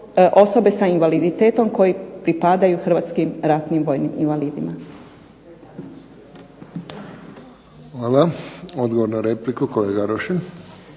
osobe sa invaliditetom koji pripadaju hrvatskim ratnim vojnim invalidima. **Friščić, Josip (HSS)** Hvala. Odgovor na repliku, kolega Rošin.